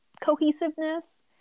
cohesiveness